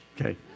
Okay